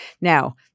Now